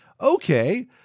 Okay